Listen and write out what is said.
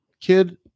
kid